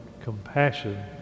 compassion